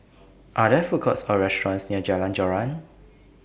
Are There Food Courts Or restaurants near Jalan Joran